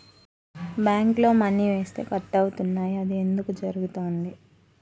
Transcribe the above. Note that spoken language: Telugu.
బ్యాంక్లో మని వేస్తే కట్ అవుతున్నాయి అది ఎందుకు జరుగుతోంది?